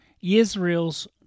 Israel's